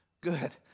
good